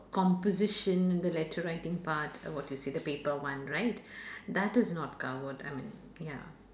composition and the letter writing part what you see the paper one right that is not covered I mean ya